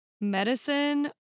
medicine